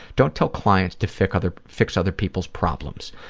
don't tell clients to fix other fix other people's problems.